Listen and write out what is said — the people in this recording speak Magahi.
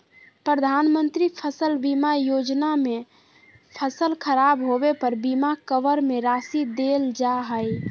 प्रधानमंत्री फसल बीमा योजना में फसल खराब होबे पर बीमा कवर में राशि देल जा हइ